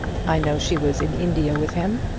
i know she was in india with him.